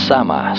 Sama